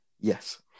Yes